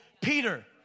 Peter